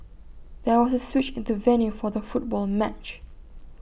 there was A switch in the venue for the football match